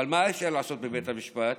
אבל מה אפשר לעשות בבית המשפט?